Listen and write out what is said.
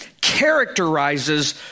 characterizes